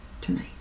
tonight